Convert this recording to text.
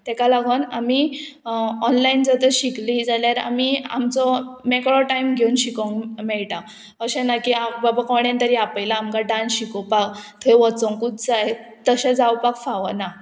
तेका लागोन आमी ऑनलायन जर तर शिकलीं जाल्यार आमी आमचो मेकळो टायम घेवन शिकोंक मेळटा अशें ना की बाबा कोणे तरी आपयलां आमकां डांस शिकोवपाक थंय वचोंकूच जाय तशें जावपाक फावना